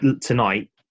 tonight